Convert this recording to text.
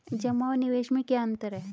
जमा और निवेश में क्या अंतर है?